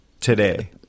today